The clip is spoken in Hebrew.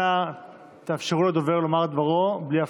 אנא תאפשרו לדובר לומר את דברו בלי הפרעות.